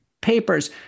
papers